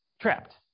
trapped